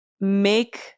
make